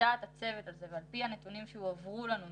לדעת הצוות הזה ועל פי הנתונים שהועברו לנו מצה"ל,